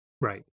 Right